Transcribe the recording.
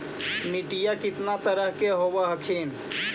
मिट्टीया कितना तरह के होब हखिन?